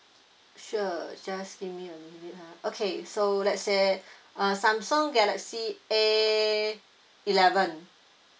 sure just give me a minute ah okay so let's say uh Samsung galaxy A eleven